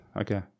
okay